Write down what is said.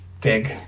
dig